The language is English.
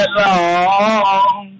long